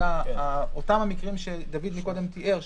זה אותם המקרים שדוד קודם תיאר,